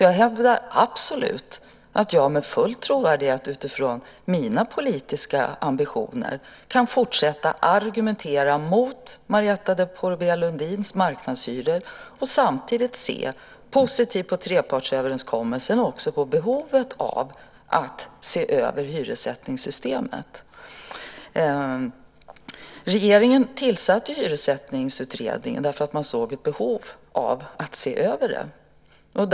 Jag hävdar absolut att jag med full trovärdighet utifrån mina politiska ambitioner kan fortsätta att argumentera mot Marietta de Pourbaix-Lundins marknadshyror och samtidigt se positivt på trepartsöverenskommelsen och även på behovet av att se över hyressättningssystemet. Regeringen tillsatte Hyressättningsutredningen därför att man såg ett behov av att se över hyressättningen.